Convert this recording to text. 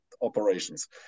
operations